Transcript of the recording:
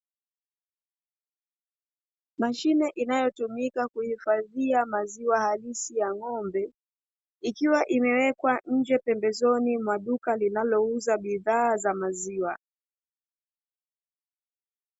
Mashine inayotumika kuhifadhia maziwa halisi ya ng'ombe, ikiwa imewekwa nje pembezoni mwa duka linalouza bidhaa za maziwa.